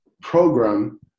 program